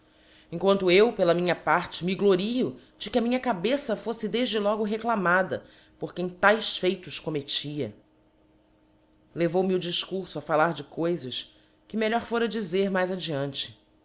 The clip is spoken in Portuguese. quanto eu pela minha parte me glorio de que a minha cabeça foífe defde logo reclamada por quem taes feitos commettia levou-me o difcurfo a fallar de coifas que melhor fora dizer mais ao diante